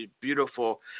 beautiful